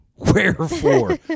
Wherefore